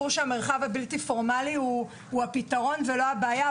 שהמרחב הבלתי פורמלי הוא הפתרון ולא הבעיה,